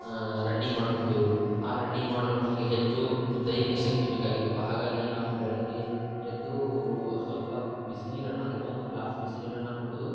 running ಮಾಡುತ್ತಿದ್ದೆವು ಆ running ಮಾಡಲು ನಮಗೆ ಹೆಚ್ಚು ದೈಹಿಕ ಶಕ್ತಿ ಬೇಕಾಗಿತ್ತು ಹಾಗಾಗಿ ನಾವು ಬೆಳಗ್ಗೆ ಎದ್ದು ಸ್ವಲ್ಪ ಬಿಸಿನೀರನ್ನು ಅಂದರೆ ಒಂದು ಗ್ಲಾಸ್ ಬಿಸಿನೀರನ್ನು ಕುಡಿದು